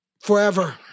Forever